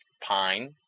Pine